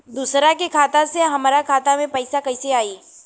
दूसरा के खाता से हमरा खाता में पैसा कैसे आई?